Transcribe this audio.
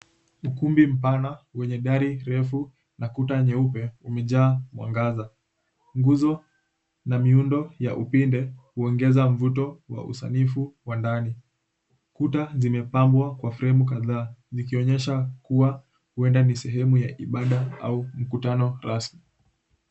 Ukumbi mpana wenye dari refu na kuta nyeupe umejaa mwangaza. Nguzo na miundo ya upinde huongeza mvuto wa usanifu wa ndani. Kuta zimepambwa kwa fremu kadhaa, zikionyesha kuwa huenda ni sehemu ya ibada au mkutano rasmi.